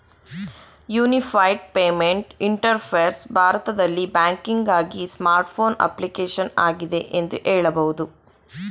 unified payment interface ಭಾರತದಲ್ಲಿ ಬ್ಯಾಂಕಿಂಗ್ಆಗಿ smart phone application ಆಗಿದೆ ಎಂದು ಹೇಳಬಹುದು